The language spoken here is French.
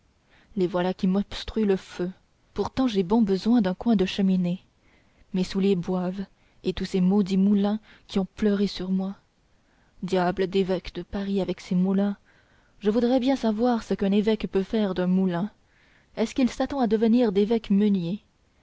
les voilà qui m'obstruent le feu pourtant j'ai bon besoin d'un coin de cheminée mes souliers boivent et tous ces maudits moulins qui ont pleuré sur moi diable d'évêque de paris avec ses moulins je voudrais bien savoir ce qu'un évêque peut faire d'un moulin est-ce qu'il s'attend à devenir d'évêque meunier